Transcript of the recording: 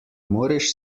moreš